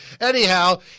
anyhow